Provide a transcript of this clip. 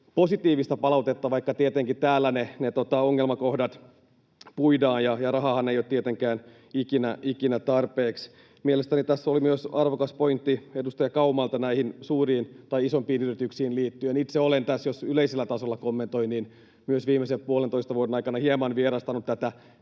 positiivista palautetta, vaikka täällä tietenkin ne ongelmakohdat puidaan ja rahaahan ei ole tietenkään ikinä tarpeeksi. Mielestäni tässä oli myös arvokas pointti edustaja Kaumalta näihin suuriin tai isompiin yrityksiin liittyen. Itse olen tässä, jos yleisellä tasolla kommentoin, viimeisen puolentoista vuoden aikana myös hieman vierastanut tätä